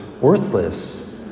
worthless